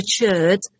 matured